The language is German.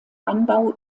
anbau